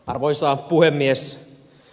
arvoisa puhemies